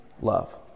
Love